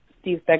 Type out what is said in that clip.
Steve